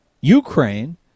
Ukraine